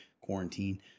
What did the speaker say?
quarantine